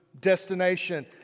destination